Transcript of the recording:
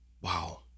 Wow